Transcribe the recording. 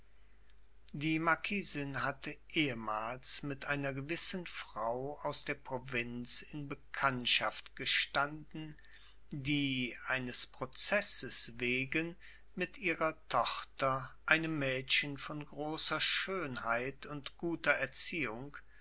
die marquisin hatte ehemals mit einer gewissen frau aus der provinz in bekanntschaft gestanden die eines prozesses wegen mit ihrer tochter einem mädchen von großer schönheit und guter erziehung